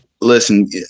listen